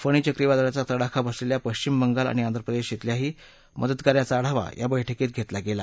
फणी वादळाचा तडाखा बसलेल्या पश्विम बंगाल आणि आंध्रप्रदेश धिल्याही मदतकार्याचा आढावा या बस्कीत घेतला गेला